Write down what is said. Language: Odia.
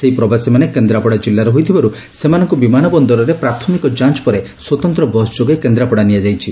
ସେହି ପ୍ରବାସୀମାନେ କେନ୍ଦାପଡ଼ା ଜିଲ୍ପାର ହୋଇଥିବାରୁ ସେମାନଙ୍କୁ ବିମାନ ବନରରେ ପ୍ରାଥମିକ ଯାଞ୍ ପରେ ସ୍ୱତନ୍ତ ବସ୍ ଯୋଗେ କେନ୍ଦ୍ରାପଡ଼ା ନିଆଯାଇଛି